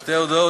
שתי הודעות.